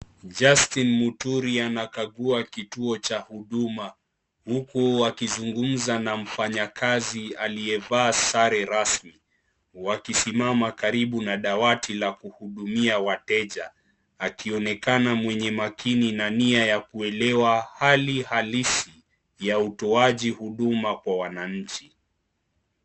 Justin Muturi anakagua kituo cha huduma huku akizungumza na mfanyikazi aliyevaa sare rasmi wakisimama karibu na dawati la kuhudumia wateja akionekana mwenye makini na Nia ya kuelewa hali halisi ya utoaji huduma kwa wananchi.